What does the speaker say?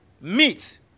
meet